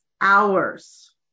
hours